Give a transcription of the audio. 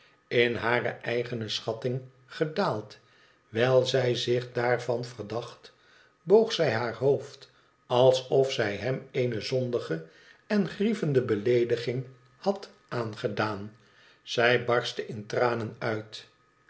in hare eigene schatting gedaald wijl zij zich daarvan verdacht boog zij haar hoofd alsof zij hem eene zondige en grievende beleediging had aangedaan zij barstte in tranen uit